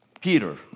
Peter